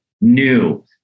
new